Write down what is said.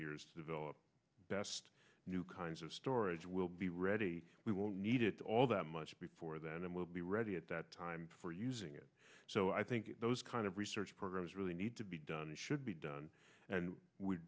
years to develop best new kinds of storage will be ready we will need it all that much before then and will be ready at that time for using it so i think those kind of research programs really need to be done and should be done and we